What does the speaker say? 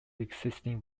existing